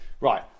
Right